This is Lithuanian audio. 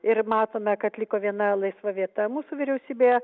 ir matome kad liko viena laisva vieta mūsų vyriausybėje